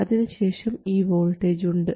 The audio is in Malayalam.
അതിനുശേഷം ഈ വോൾട്ടേജ് ഉണ്ട്